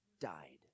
died